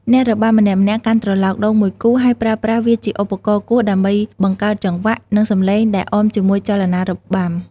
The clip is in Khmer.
អ្នករបាំម្នាក់ៗកាន់ត្រឡោកដូងមួយគូ ហើយប្រើប្រាស់វាជាឧបករណ៍គោះដើម្បីបង្កើតចង្វាក់ និងសំឡេងដែលអមជាមួយចលនារបាំ។